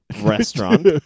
restaurant